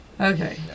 Okay